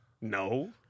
No